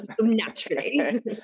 naturally